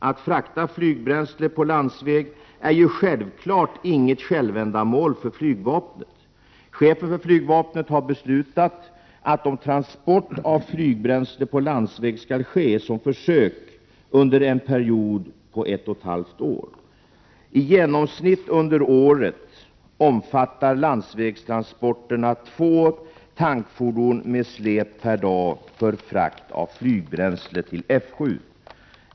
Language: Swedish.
Att frakta flygbränslet på landsväg är självfallet inget självändamål för flygvapnet. Chefen för flygvapnet har beslutat att transport av flygbränsle på landsväg skall ske som försök under en period av ett och ett halvt år. I genomsnitt under året omfattar landsvägstransporterna två tankfordon med släp per dag för frakt av flygbränsle till F 7.